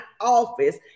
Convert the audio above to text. office